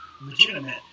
legitimate